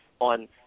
on –